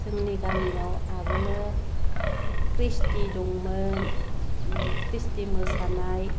जोंनि गामियाव आगोलो ख्रिस्थि दंमोन ख्रिस्थि मोसानाय